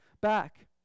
back